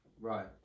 Right